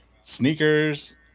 sneakers